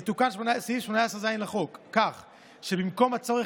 יתוקן סעיף 18(ז) לחוק כך שבמקום הצורך